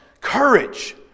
courage